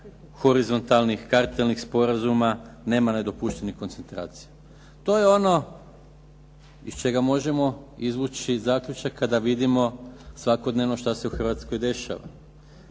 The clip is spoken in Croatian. horizontalnih kartelnih sporazuma, nema nedopuštenih koncentracija. To je ono iz čega možemo izvući zaključak kada vidimo svakodnevno šta se u Hrvatskoj dešava.